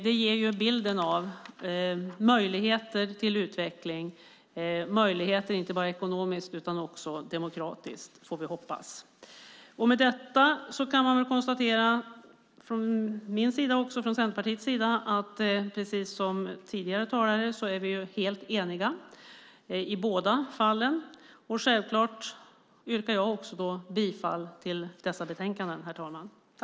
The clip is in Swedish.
Det ger bilden av möjligheter till utveckling, möjligheter inte bara ekonomiskt utan också demokratiskt, får vi hoppas. Med detta kan jag från min och Centerpartiets sida konstatera att vi, precis som tidigare talare har sagt, är helt eniga i båda fallen. Självklart yrkar även jag bifall till förslagen i dessa utlåtanden.